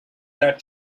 that